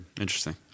Interesting